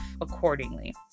accordingly